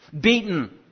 beaten